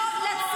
לא,